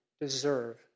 deserve